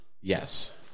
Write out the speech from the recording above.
Yes